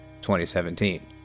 2017